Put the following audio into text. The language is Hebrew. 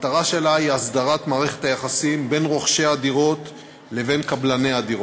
המטרה שלה היא הסדרת מערכת היחסים בין רוכשי הדירות לבין קבלני הדירות.